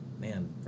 man